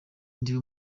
ndi